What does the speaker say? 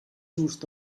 just